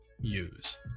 use